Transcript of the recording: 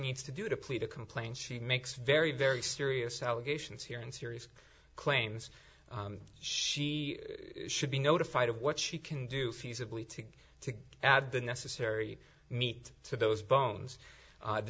needs to do to plead a complaint she makes very very serious allegations here and serious claims she should be notified of what she can do feasibly to to add the necessary meat to those bones